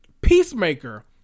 Peacemaker